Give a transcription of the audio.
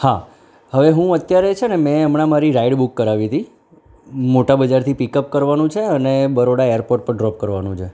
હા હવે હું અત્યારે છેને મેં હમણાં મારી રાઈડ બુક કરાવી હતી મોટા બજારથી પીકઅપ કરવાનું છે અને બરોડા એરપોર્ટ પર ડ્રોપ કરવાનું છે